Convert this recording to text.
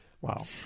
Wow